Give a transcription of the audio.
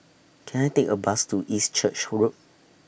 Can I Take A Bus to East Church Road